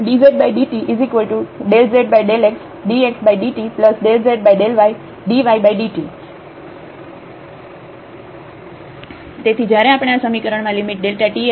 dzdt∂z∂xdxdt∂z∂ydydt dzdt∂z∂xdxdt∂z∂ydydt તેથી જયારે આપણે આ સમીકરણ માં લિમિટ Δt એ 0 તરફ જાય છે લઈએ છીએ